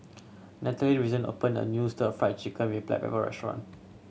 Natalie recently opened a new Stir Fried Chicken with black pepper restaurant